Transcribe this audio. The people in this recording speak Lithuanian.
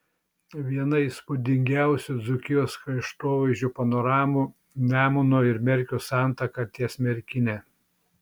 viena įspūdingiausių dzūkijos kraštovaizdžio panoramų nemuno ir merkio santaka ties merkine